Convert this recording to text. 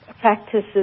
practices